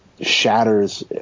shatters